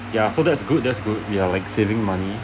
ya so that's good that's good we are like saving money